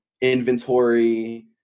inventory